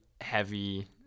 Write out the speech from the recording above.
heavy